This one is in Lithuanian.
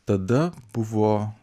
tada buvo